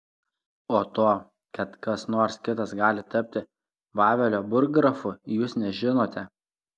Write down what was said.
o to kad kas nors kitas gali tapti vavelio burggrafu jūs nežinote